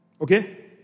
Okay